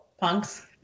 punks